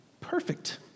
Perfect